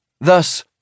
thus